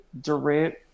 Durant